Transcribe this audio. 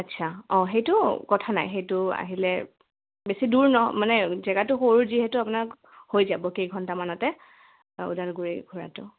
আচ্ছা অঁ সেইটো কথা নাই সেইটো আহিলে বেছি দূৰ নহয় মানে জেগাটো সৰু যিহেতু আপোনালোকৰ হৈ যাব কেইঘণ্টামানতে ওদালগুৰি ঘূৰাটো